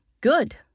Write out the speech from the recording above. Good